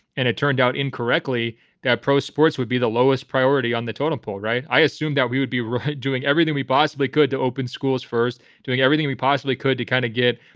and it turned out incorrectly that pro sports would be the lowest priority on the totem pole. right. i assumed that we would be doing everything we possibly could to open schools first, doing everything we possibly could to kind of get,